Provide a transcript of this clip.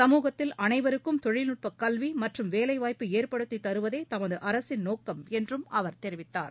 சமூகத்தில் அனைவருக்கும் தொழில்நுட்ப கல்வி மற்றும் வேலைவாய்ப்பு ஏற்படுத்தி தருவதே தமது அரசின் நோக்கம் என்றும் அவர் தெரிவித்தார்